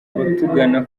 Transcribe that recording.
abatugana